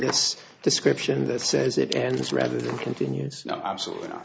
this description that says it and it's rather than continues now absolutely not